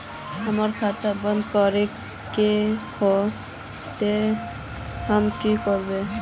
हमर खाता बंद करे के है ते हम की करबे?